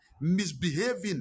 Misbehaving